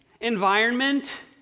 environment